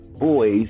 Boys